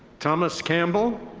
thomas campbell.